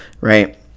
right